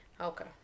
Okay